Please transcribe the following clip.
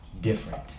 Different